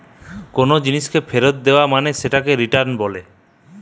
কোনো জিনিসকে ফেরত দেয়া মানে সেটাকে রিটার্ন বলেটে